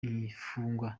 ifungwa